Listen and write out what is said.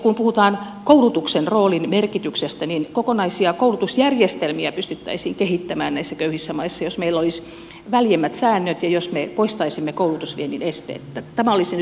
kun puhutaan koulutuksen roolin merkityksestä niin kokonaisia koulutusjärjestelmiä pystyttäisiin kehittämään näissä köyhissä maissa jos meillä olisi väljemmät säännöt ja jos me poistaisimme koulutusviennin esteet